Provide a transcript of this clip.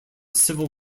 civil